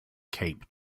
cape